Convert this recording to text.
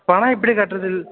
பணம் எப்படி கட்டுறது